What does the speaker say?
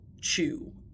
chew